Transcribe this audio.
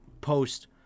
post